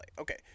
Okay